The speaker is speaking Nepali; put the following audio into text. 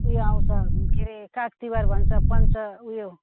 उयो आउँछ के अरे काग तिहार भन्छ पञ्च उयो